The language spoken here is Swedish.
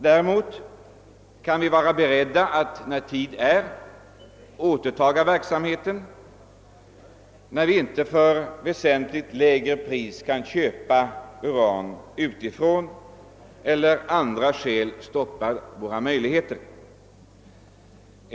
Däremot bör vi vara beredda att när tid är återuppta verksamheten, alltså då vi inte för väsentligt lägre pris kan köpa uran utifrån eller då importen av andra skäl stoppas.